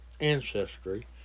ancestry